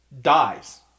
Dies